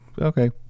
okay